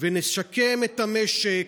ונשקם את המשק